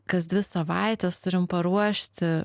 kas dvi savaites turim paruošti